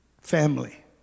family